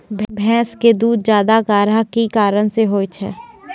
भैंस के दूध ज्यादा गाढ़ा के कि कारण से होय छै?